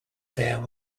there